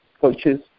coaches